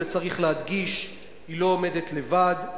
את זה צריך להדגיש: היא לא עומדת לבד,